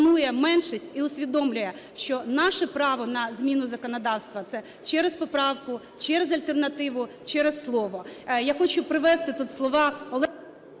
Я хочу привести тут слова Олега...